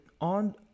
on